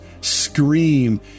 scream